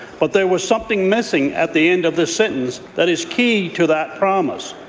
but there was something missing at the end of the sentence that is key to that promise,